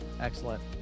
Excellent